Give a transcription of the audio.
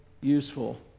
useful